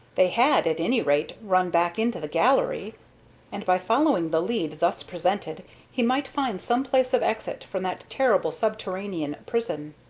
they had, at any rate, run back into the gallery and by following the lead thus presented he might find some place of exit from that terrible subterranean prison.